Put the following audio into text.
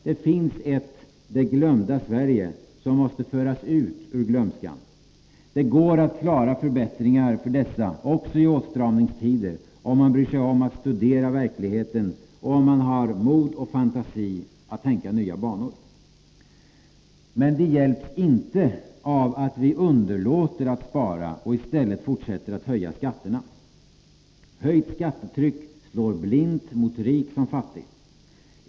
Det finns något som kallas ”det glömda Sverige”, som måste föras ut ur glömskan. Det går att klara förbättringar för dessa grupper också i åtstramningstider, om man bryr sig om att studera verkligheten och om man har mod och fantasi att tänka i nya banor. De hjälps däremot inte av att vi underlåter att spara och i stället fortsätter att höja skatterna. Höjt skattetryck slår blint mot rik som fattig.